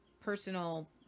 personal